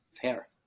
fair